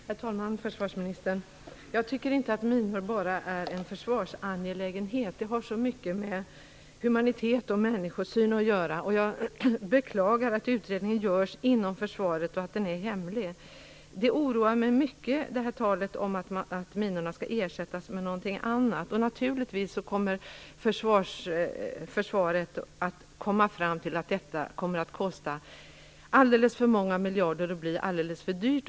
Herr talman! Försvarsministern! Jag tycker inte att minor bara är en försvarsangelägenhet. Det har så mycket med humanitet och människosyn att göra. Jag beklagar att utredningen görs inom försvaret och att den är hemlig. Talet om att minorna skall ersättas med något annat oroar mig mycket. Naturligtvis kommer försvaret att komma fram till att detta kommer att kosta alldeles för många miljarder och bli alldeles för dyrt.